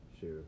sure